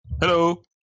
hello